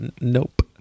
Nope